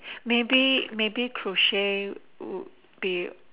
maybe maybe crochet would be